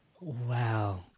Wow